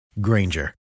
Granger